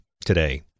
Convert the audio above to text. today